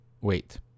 Wait